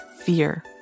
fear